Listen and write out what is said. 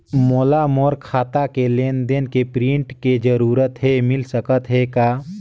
मोला मोर खाता के लेन देन के प्रिंट के जरूरत हे मिल सकत हे का?